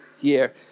year